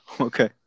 Okay